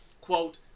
Quote